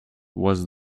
was